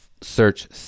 search